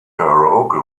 karaoke